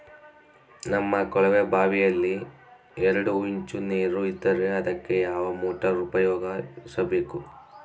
ನಮ್ಮ ಕೊಳವೆಬಾವಿಯಲ್ಲಿ ಎರಡು ಇಂಚು ನೇರು ಇದ್ದರೆ ಅದಕ್ಕೆ ಯಾವ ಮೋಟಾರ್ ಉಪಯೋಗಿಸಬೇಕು?